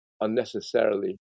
unnecessarily